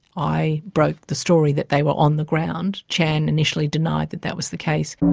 i broke the story that they were on the ground. chan initially denied that that was the case.